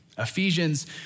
Ephesians